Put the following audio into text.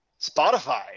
Spotify